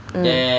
mm